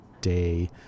Day